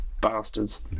bastards